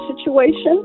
situation